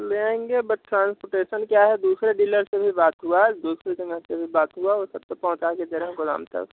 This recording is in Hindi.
ले आऐंगे बट ट्रांसपोटेशन क्या है दूसरे डीलर से भी बात हुआ है दूसरे जनो से भी बात हुआ है वो सब तो पहुँचा के दे रहें हैं गोदाम तक